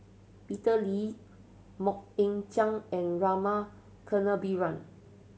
Peter Lee Mok Ying Jang and Rama Kannabiran